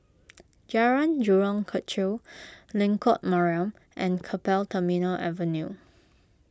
Jalan Jurong Kechil Lengkok Mariam and Keppel Terminal Avenue